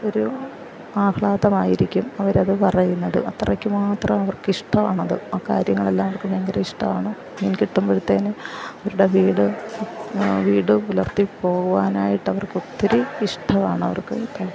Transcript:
ഒരു ആഹ്ളാദമായിരിക്കും അവർ അത് പറയുന്നത് അത്രയ്ക്ക് മാത്രം അവർക്ക് ഇഷ്ടമാണത് ആ കാര്യങ്ങളെല്ലാം അവർക്ക് ഭയങ്കര ഇഷ്ടമാണ് മീൻ കിട്ടുമ്പഴത്തെന് അവരുടെ വീട് വീട് പുലർത്തി പോവാനായിട്ടവർക്ക് ഒത്തിരി ഇഷ്ടവാണ് അവർക്ക്